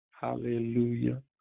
Hallelujah